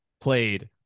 played